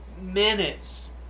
minutes